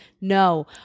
no